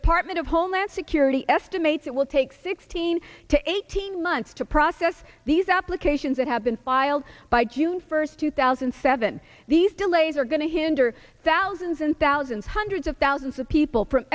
department of homeland security estimates it will take sixteen to eighteen months to process these applications that have been filed by june first two thousand and seven these delays are going to hinder thousands and thousands hundreds of thousands of people from